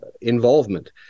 involvement